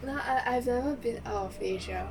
I I've never been out of asia